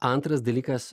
antras dalykas